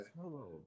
hello